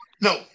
no